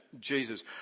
Jesus